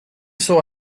saw